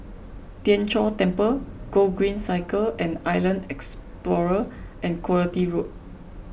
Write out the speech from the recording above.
Tien Chor Temple Gogreen Cycle and Island Explorer and Quality Road